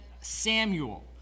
Samuel